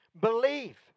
believe